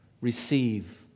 receive